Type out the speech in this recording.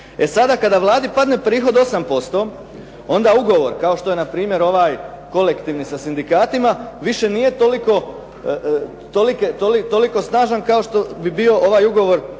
E sada, kada Vladi padne prihod 8% onda ugovor kao što je na primjer ovaj kolektivni sa sindikatima više nije toliko snažan kao što bi bio ovaj ugovor